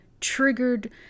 triggered